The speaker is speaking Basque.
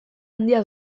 handia